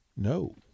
No